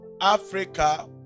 africa